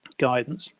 guidance